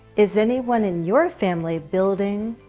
is anyone in your family building